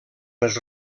les